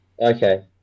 okay